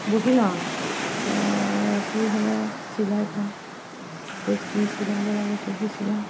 বহি লওঁ আও আৰু ৰাতি হ'লে চিলাই কৰো ক'ত কি চিলাব লাগে সেইবোৰ চিলাওঁ